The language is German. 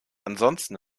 ansonsten